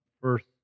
first